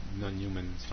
non-human